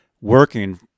working